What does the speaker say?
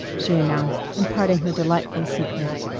she announced, imparting her delightful secret.